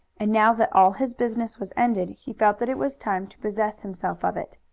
and now that all his business was ended he felt that it was time to possess himself of it.